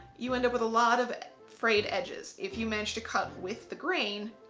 you end up with a lot of frayed edges. if you manage to cut with the grain,